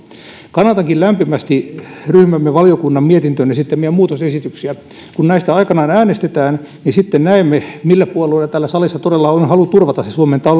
kannatankin lämpimästi ryhmämme valiokunnan mietintöön esittämiä muutosesityksiä kun näistä aikanaan äänestetään sitten näemme millä puolueilla täällä salissa todella on halu turvata suomen